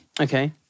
Okay